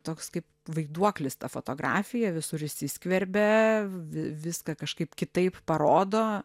toks kaip vaiduoklis ta fotografija visur įsiskverbia vi viską kažkaip kitaip parodo